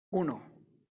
uno